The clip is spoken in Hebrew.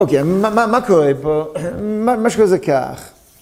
אוקיי, מה... מה... מה קורה פה? מה... מה שקורה זה כך?